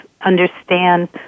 understand